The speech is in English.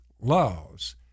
laws